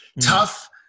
tough